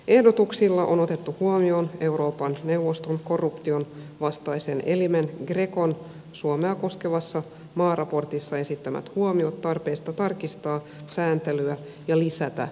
ehdotuksilla on otettu huomioon euroopan neuvoston korruptionvastaisen elimen grecon suomea koskevassa maaraportissa esittämät huomiot tarpeesta tarkistaa sääntelyä ja lisätä läpinäkyvyyttä